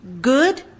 Good